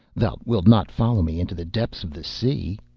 thou wilt not follow me into the depths of the sea